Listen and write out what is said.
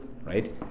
right